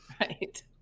Right